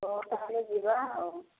ହଉ ତାହେଲେ ଯିବା ଆଉ